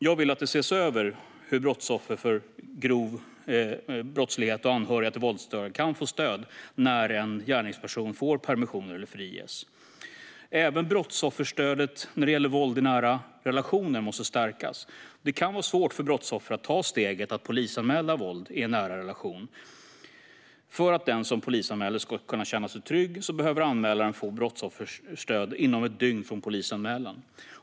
Jag vill att det ses över hur offer för grov brottslighet och anhöriga till våldsdödade kan få stöd när en gärningsperson får permission eller friges. Även brottsofferstödet när det gäller våld i nära relationer måste stärkas. Det kan vara svårt för brottsoffer att ta steget att polisanmäla våld i en nära relation. För att den som polisanmäler ska kunna känna sig trygg behöver anmälaren få brottsofferstöd inom ett dygn från polisanmälan.